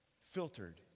filtered